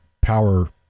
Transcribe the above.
power